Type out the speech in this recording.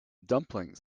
dumplings